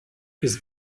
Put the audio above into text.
his